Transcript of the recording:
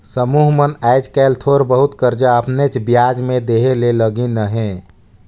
समुह मन आएज काएल थोर बहुत करजा अपनेच बियाज में देहे ले लगिन अहें